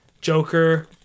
Joker